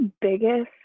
biggest